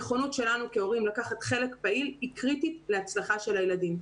הנכונות שלנו כהורים לקחת חלק פעיל היא קריטית להצלחה של הילדים.